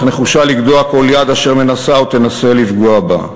אך נחושה לגדוע כל יד אשר מנסה או תנסה לפגוע בה.